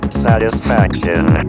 satisfaction